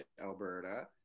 Alberta